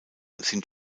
sind